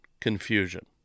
confusion